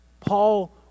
Paul